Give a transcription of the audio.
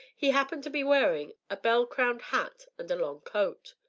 he happened to be wearing a bell-crowned hat and a long coat.